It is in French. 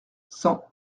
cent